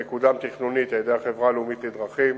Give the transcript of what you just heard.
המקודם תכנונית על-ידי החברה הלאומית לדרכים,